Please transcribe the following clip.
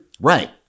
Right